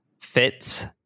fits